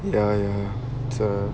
ya ya sure